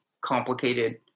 complicated